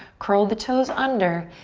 curl the toes under,